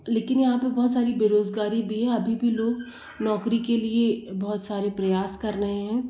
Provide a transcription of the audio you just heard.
लेकिन यहाँ पर बहुत सारी बेरोज़गारी भी है अभी भी लोग नौकरी कई लिए बहुत सारे प्रयास कर रहे हैं